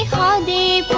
on the